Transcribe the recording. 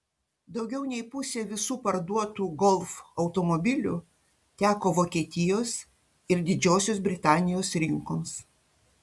daugiau nei pusė visų parduotų golf automobilių teko vokietijos ir didžiosios britanijos rinkoms